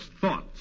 thoughts